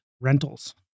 rentals